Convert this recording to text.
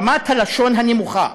רמת הלשון הנמוכה